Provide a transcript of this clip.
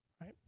right